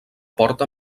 porta